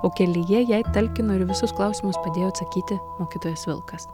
o kelyje jai talkino ir į visus klausimus padėjo atsakyti mokytojas vilkas